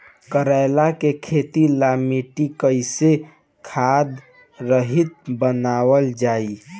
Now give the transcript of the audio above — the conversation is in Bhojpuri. करेला के खेती ला मिट्टी कइसे खाद्य रहित बनावल जाई?